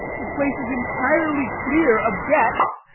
the place is entirely clear of debts,